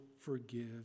forgive